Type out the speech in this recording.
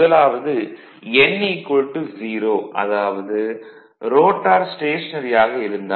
முதலாவது n 0 அதாவது rotor stationary ஆக இருந்தால் s 1